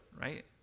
right